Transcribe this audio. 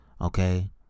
Okay